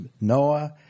Noah